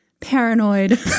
paranoid